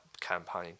campaign